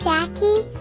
Jackie